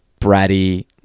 bratty